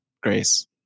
grace